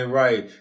right